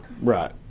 Right